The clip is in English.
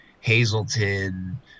Hazleton